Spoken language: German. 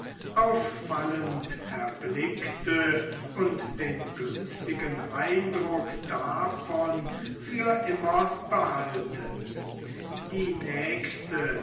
auffallend erblicke und den günstigen eindruck davon für immer behalte die nächste